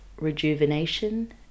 rejuvenation